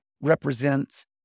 represents